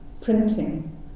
printing